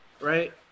right